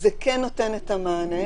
זה כן נותן את המענה.